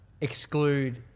exclude